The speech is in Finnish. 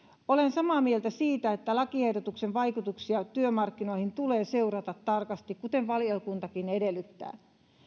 olen samaa mieltä siitä että lakiehdotuksen vaikutuksia työmarkkinoihin tulee seurata tarkasti kuten valiokuntakin edellyttää